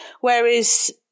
whereas